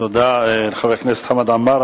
תודה לחבר הכנסת חמד עמאר.